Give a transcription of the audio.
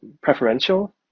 preferential